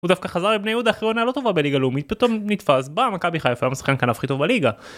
הוא דווקא חזר עם בני יהודה אחרונה לא טובה בליגה לאומית, פתאום נתפס, בא, מכבי חיפה, והוא שחקן הכנף הכי טוב בליגה.